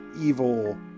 evil